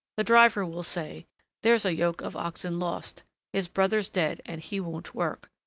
the driver will say there's a yoke of oxen lost his brother's dead, and he won't work.